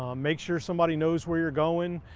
um make sure somebody knows where you're going.